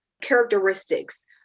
characteristics